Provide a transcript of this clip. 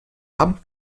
haben